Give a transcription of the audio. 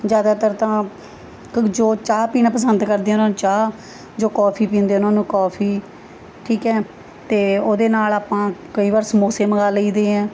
ਜ਼ਿਆਦਾਤਰ ਤਾਂ ਕ ਜੋ ਚਾਹ ਪੀਣਾ ਪਸੰਦ ਕਰਦੇ ਆ ਉਹਨਾਂ ਨੂੰ ਚਾਹ ਜੋ ਕੌਫੀ ਪੀਂਦੇ ਉਹਨਾਂ ਨੂੰ ਕੌਫੀ ਠੀਕ ਹੈ ਅਤੇ ਉਹਦੇ ਨਾਲ਼ ਆਪਾਂ ਕਈ ਵਾਰ ਸਮੋਸੇ ਮੰਗਵਾ ਲਈ ਦੇ ਹੈ